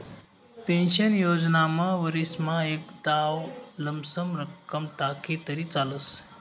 pension योजनामा वरीसमा एकदाव लमसम रक्कम टाकी तरी चालस